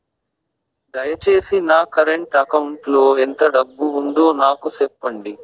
దయచేసి నా current account లో ఎంత డబ్బు ఉందో నాకు సెప్పండి